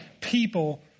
people